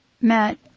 Matt